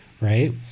right